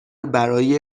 برای